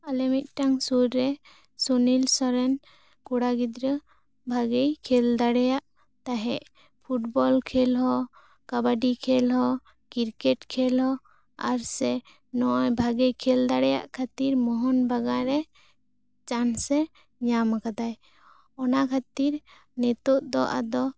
ᱟᱞᱮ ᱢᱤᱫᱴᱟᱝ ᱥᱩᱨ ᱨᱮ ᱥᱩᱱᱤᱞ ᱥᱚᱨᱮᱱ ᱠᱚᱲᱟ ᱜᱤᱫᱽᱨᱟᱹ ᱵᱷᱟ ᱜᱤ ᱠᱷᱮᱞ ᱫᱟᱲᱮᱭᱟᱜ ᱛᱟᱦᱮᱜ ᱯᱷᱩᱴᱵᱚᱞ ᱠᱷᱮᱞ ᱦᱚᱸ ᱠᱟᱵᱟᱰᱤ ᱠᱷᱮᱞ ᱦᱚ ᱠᱤᱨᱠᱮᱴ ᱠᱷᱮᱞ ᱦᱚᱸ ᱟᱨ ᱥᱮ ᱵᱷᱟᱜᱮ ᱠᱷᱮᱞ ᱫᱟᱲᱮᱭᱟᱜ ᱠᱷᱟᱹᱛᱤᱨ ᱟᱨ ᱢᱚᱦᱟᱱ ᱵᱟᱜᱟᱱ ᱨᱮ ᱪᱟᱱᱥ ᱥᱮ ᱧᱟᱢᱟᱠᱟᱫᱟᱭ ᱚᱱᱟ ᱠᱷᱟ ᱛᱤᱨ ᱱᱤᱛᱚᱜ ᱫᱚ ᱟᱫᱚ